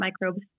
microbes